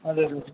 हजुर